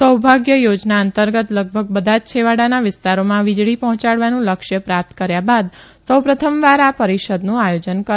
સૌભાગ્ય યોજના અંતર્ગત લગભગ બધા જ છેવાડાના વિસ્તારોમાં વીજળી પહોચાડવાનું લક્ષ્ય પ્રાપ્ત કર્યા બાદ સૌ પ્રથમ વાર આ પરીષદનું આયોજન કરાયું છે